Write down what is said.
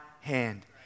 hand